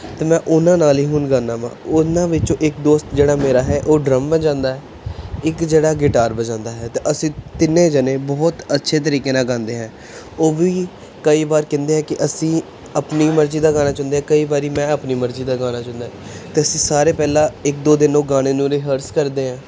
ਤੇ ਮੈਂ ਉਹਨਾਂ ਨਾਲ ਹੀ ਹੁਣ ਗਾਉਂਦਾ ਹਾਂ ਉਹਨਾਂ ਵਿੱਚੋਂ ਇੱਕ ਦੋਸਤ ਜਿਹੜਾ ਮੇਰਾ ਹੈ ਉਹ ਡਰਮ ਵਜਾਉਂਦਾ ਹੈ ਇੱਕ ਜਿਹੜਾ ਗਿਟਾਰ ਵਜਾਉਂਦਾ ਹੈ ਅਤੇ ਅਸੀਂ ਤਿੰਨੇ ਜਣੇ ਬਹੁਤ ਅੱਛੇ ਤਰੀਕੇ ਨਾਲ ਗਾਉਂਦੇ ਹੈ ਉਹ ਵੀ ਕਈ ਵਾਰ ਕਹਿੰਦੇ ਹਾਂ ਕਿ ਅਸੀਂ ਆਪਣੀ ਮਰਜ਼ੀ ਦਾ ਗਾਣਾ ਚੁੰਣਦੇ ਹਾਂ ਕਈ ਵਾਰੀ ਮੈਂ ਆਪਣੀ ਮਰਜ਼ੀ ਦਾ ਗਾਣਾ ਚੁੰਣਦਾ ਅਤੇ ਅਸੀਂ ਸਾਰੇ ਪਹਿਲਾਂ ਇੱਕ ਦੋ ਦਿਨ ਉਹ ਗਾਣੇ ਨੂੰ ਰੇਹਸ ਕਰਦੇ ਹਾਂ